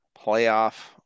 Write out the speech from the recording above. playoff